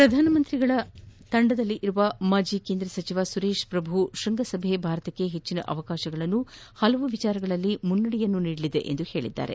ಪ್ರಧಾನಮಂತ್ರಿ ಅವರ ತಂಡದಲ್ಲಿರುವ ಮಾಜಿ ಕೇಂದ್ರ ಸಚಿವ ಸುರೇಶ್ ಶ್ರಭು ತೃಂಗಸಭೆ ಭಾರತಕ್ಕೆ ಹೆಚ್ಚಿನ ಅವಕಾಶಗಳನ್ನು ಹಲವಾರು ವಿಚಾರಗಳಲ್ಲಿ ಮುನ್ನಡೆಯನ್ನು ನೀಡಲಿದೆ ಎಂದು ಹೇಳಿದ್ದಾರೆ